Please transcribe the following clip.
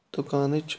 دُکانٕچ